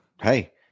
hey